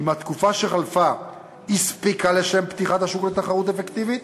אם התקופה שחלפה הספיקה לשם פתיחת השוק לתחרות אפקטיבית,